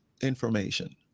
information